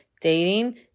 Dating